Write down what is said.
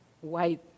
white